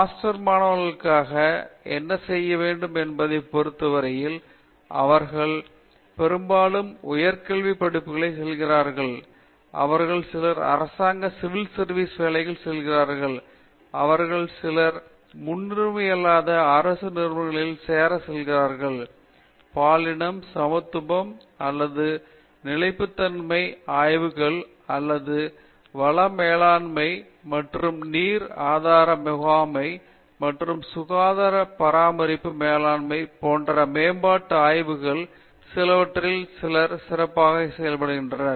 master மாணவர்களுக்காக என்ன செய்ய வேண்டும் என்பதைப் பொறுத்தவரையில் அவர்கள் பெரும்பாலும் உயர் கல்விப் படிப்புகளுக்கு செல்கிறார்கள் அவர்களில் சிலர் அரசாங்க சிவில் சர்வீசஸ் வேலைகளுக்கு செல்கிறார்கள் அவர்களில் சிலர் முன்னுரிமை அல்லாத அரசு நிறுவனங்களில் சேர விரும்புகிறார்கள் பாலினம் சமத்துவம் அல்லது நிலைத்தன்மையின் ஆய்வுகள் அல்லது வள மேலாண்மை மற்றும் நீர் ஆதார முகாமைத்துவம் அல்லது சுகாதார பராமரிப்பு மேலாண்மை போன்ற மேம்பாட்டு ஆய்வுகள் சிலவற்றில் சிலர் சிறப்பாக செயல்படுகின்றனர்